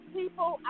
people